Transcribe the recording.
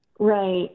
Right